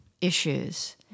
issues